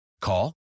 Call